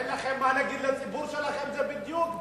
אין לכם מה להגיד לציבור שלכם, זה בדיוק דמגוגיה,